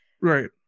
Right